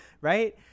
right